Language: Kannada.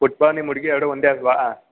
ಫುಟ್ಬಾಲ್ ನಿಮ್ಮ ಹುಡ್ಗಿ ಎರಡೂ ಒಂದೇ ಅಲ್ವಾ